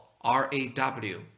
R-A-W